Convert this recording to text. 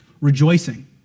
Rejoicing